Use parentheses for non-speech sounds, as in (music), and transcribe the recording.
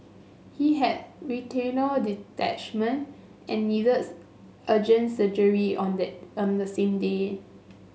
he had retinal detachment and needed (unintelligible) urgent surgery on the on the same day